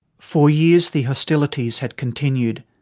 for years the hostilities had continued.